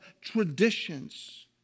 traditions